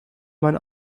man